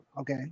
Okay